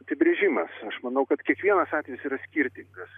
apibrėžimas aš manau kad kiekvienas atvejis yra skirtingas